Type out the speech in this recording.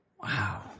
Wow